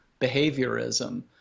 behaviorism